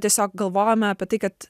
tiesiog galvojome apie tai kad